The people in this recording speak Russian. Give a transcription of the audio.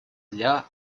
для